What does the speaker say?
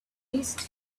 missed